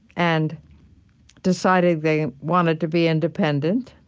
and deciding they wanted to be independent.